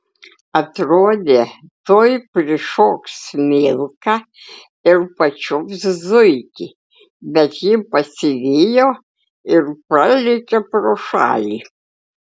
atrodė tuoj prišoks milka ir pačiups zuikį bet ji pasivijo ir pralėkė pro šalį